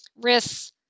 risks